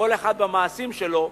כל אחד במעשים שלו,